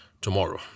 tomorrow